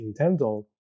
Nintendo